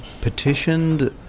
petitioned